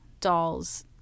dolls